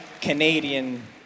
Canadian